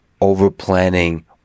over-planning